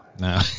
No